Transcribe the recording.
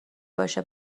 باشه